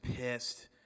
pissed